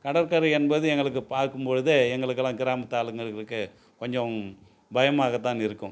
கடற்கரை என்பது எங்களுக்கு பார்க்கும்பொழுது எங்களுக்கெல்லாம் கிராமத்து ஆளுங்களுக்கு கொஞ்சம் பயமாகத்தான் இருக்கும்